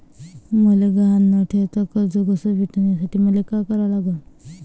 मले गहान न ठेवता कर्ज कस भेटन त्यासाठी मले का करा लागन?